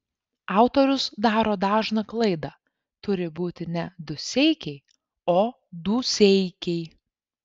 autorius daro dažną klaidą turi būti ne duseikiai o dūseikiai